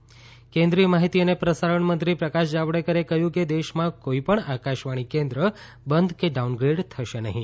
ત કેન્દ્રીય માહિતી અને પ્રસારણ મંત્રી પ્રકાશ જાવડેકરે કહ્યું છે કે દેશમાં કોઈ પણ આકાશવાણીકેન્દ્ર બંધ કે ડાઉનગ્રેડ થશે નહીં